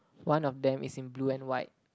one of them is in blue and white